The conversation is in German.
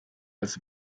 als